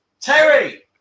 Terry